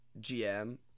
GM